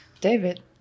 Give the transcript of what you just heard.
David